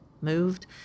moved